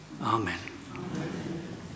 Amen